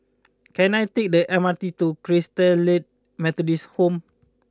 can I take the M R T to Christalite Methodist Home